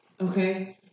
Okay